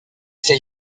fait